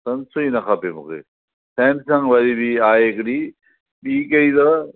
Sansui न खपे मूंखे सैमसंग वरी बि आहे हिकिड़ी बि कहिड़ी अथव